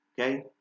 Okay